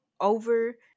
over